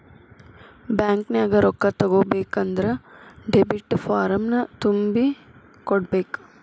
ಬ್ಯಾಂಕ್ನ್ಯಾಗ ರೊಕ್ಕಾ ತಕ್ಕೊಬೇಕನ್ದ್ರ ಡೆಬಿಟ್ ಫಾರ್ಮ್ ತುಂಬಿ ಕೊಡ್ಬೆಕ್